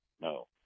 No